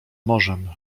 morzem